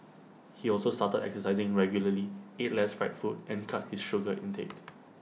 he also started exercising regularly ate less fried food and cut his sugar intake